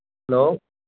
hello